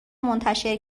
منتشر